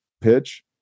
pitch